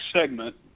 segment